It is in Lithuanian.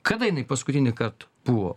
kada jinai paskutinįkart buvo